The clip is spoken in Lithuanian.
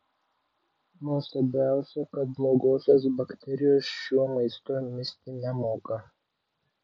nuostabiausia kad blogosios bakterijos šiuo maistu misti nemoka